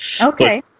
Okay